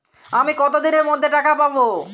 আমি কতদিনের মধ্যে টাকা পাবো?